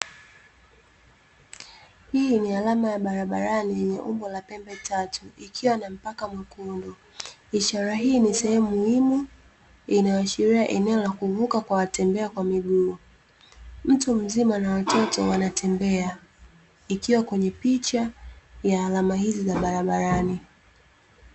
Hii ni alama ya barabarani yenye umbo la pembe tatu, ikiwa na mpaka mwekundu. Ishara hii ni sehemu muhimu inayoashiria eneo la kuvuka kwa watembea kwa miguu. Mtu mzima na watoto wa natembea, ikiwa kwenye picha ya alama hizi za barabarani.